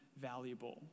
valuable